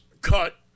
cut